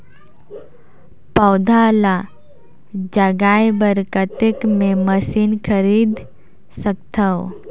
पौधा ल जगाय बर कतेक मे मशीन खरीद सकथव?